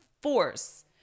force